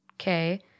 Okay